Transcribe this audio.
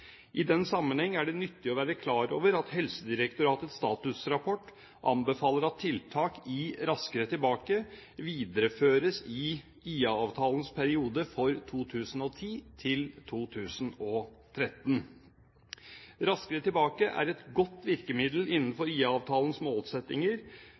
I den sammenheng er det nyttig å være klar over at Helsedirektoratets statusrapport anbefaler at tiltak i Raskere tilbake videreføres i IA-avtalens periode 2010–2013. Raskere tilbake er et godt virkemiddel